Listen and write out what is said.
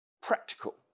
practical